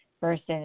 versus